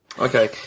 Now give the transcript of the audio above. Okay